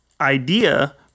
idea